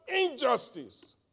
injustice